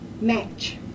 match